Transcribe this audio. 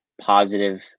positive